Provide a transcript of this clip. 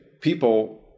people